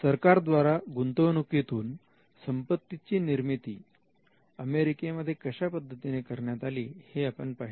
सरकार द्वारा गुंतवणुकीतून संपत्तीची निर्मिती अमेरिकेमध्ये कशा पद्धतीने करण्यात आली हे आपण पाहिले